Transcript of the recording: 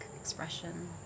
expression